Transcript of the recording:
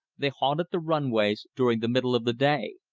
they haunted the runways during the middle of the day.